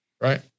right